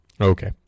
Okay